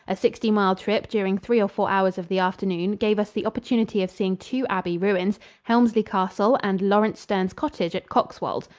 a sixty-mile trip during three or four hours of the afternoon gave us the opportunity of seeing two abbey ruins, helmsley castle and laurence sterne's cottage at coxwold.